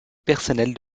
personnel